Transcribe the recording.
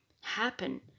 happen